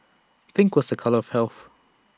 pink was A colour of health